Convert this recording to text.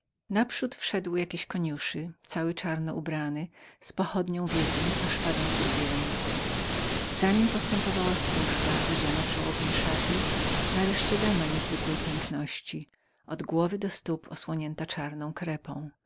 naprzód wszedł jakiś koniuszy cały czarno ubrany z pochodnią w jednej i szpadą w drugiej ręce za nim postępowała służba odziana w żałobne szaty nareszcie dama niezwykłej piękności od głowy aż do stóp osłoniona czarną krepą